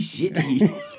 shitty